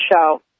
show